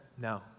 no